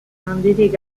handirik